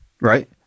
right